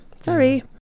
Sorry